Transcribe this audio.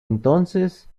entonces